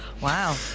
Wow